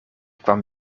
kwam